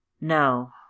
No